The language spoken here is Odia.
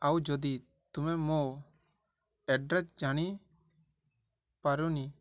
ଆଉ ଯଦି ତୁମେ ମୋ ଆଡ଼୍ରେସ୍ ଜାଣି ପାରୁନି